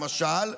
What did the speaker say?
למשל,